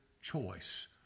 choice